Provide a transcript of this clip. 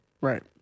Right